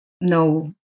no